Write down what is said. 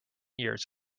years